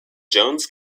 jones